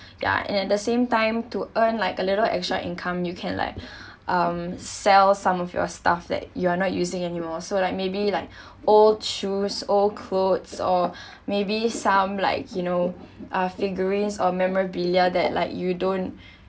ya and at the same time to earn like a little extra income you can like um sell some of your stuff that you are not using anymore so like maybe like old shoes old clothes or maybe some like you know uh figurines or memorabilia that like you don't